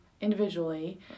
individually